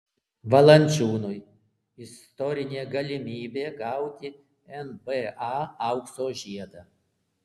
valančiūnui istorinė galimybė gauti nba aukso žiedą